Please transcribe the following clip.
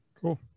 cool